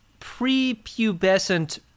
prepubescent